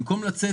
במקום לצאת